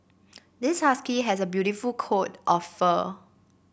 this husky has a beautiful coat of fur